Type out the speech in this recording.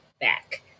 back